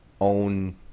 own